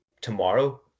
tomorrow